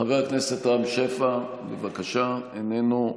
חבר הכנסת רם שפע, בבקשה, איננו.